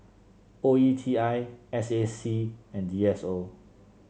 O E T I S A C and D S O